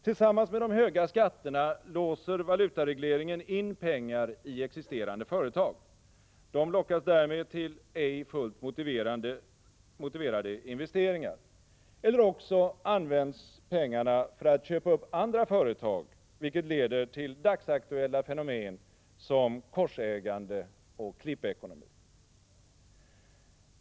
Tillsammans med de höga skatterna låser valutaregleringen in pengar i existerande företag. Dessa lockas därmed till ej fullt motiverade investeringar. Eller också används pengarna för att köpa upp andra företag, vilket leder till dagsaktuella fenomen som korsägande och klippekonomi.